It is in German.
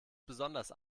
besonders